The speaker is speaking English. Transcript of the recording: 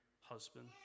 husband